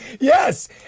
Yes